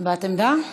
הבעת עמדה?